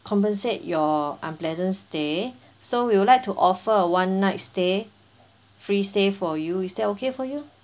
compensate your unpleasant stay so we would like to offer a one night stay free stay for you is that okay for you